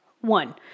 One